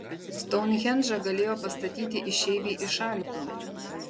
stounhendžą galėjo pastatyti išeiviai iš alpių